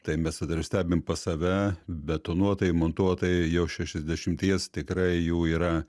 tai mes stebim pas save betonuotojai montuotojai jau šešiasdešimties tikrai jų yra